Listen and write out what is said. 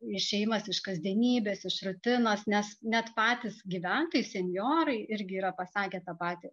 išėjimas iš kasdienybės iš rutinos nes net patys gyventojai senjorai irgi yra pasakę tą patį